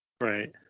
Right